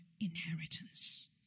inheritance